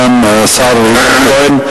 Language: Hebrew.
תודה לסגן השר יצחק כהן.